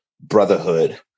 brotherhood